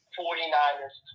49ers